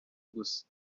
gusa